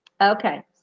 Okay